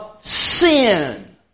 sin